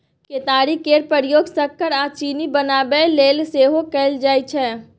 केतारी केर प्रयोग सक्कर आ चीनी बनाबय लेल सेहो कएल जाइ छै